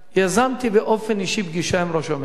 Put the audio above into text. יזמתי באופן אישי פגישה עם ראש הממשלה.